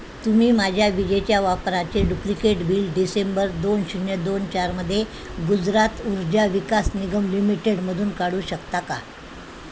तुम्ही माझ्या विजेच्या वापराचे डुप्लिकेट बिल डिसेंबर दोन शून्य दोन चारमध्ये गुजरात ऊर्जा विकास निगम लिमिटेडमधून काढू शकता का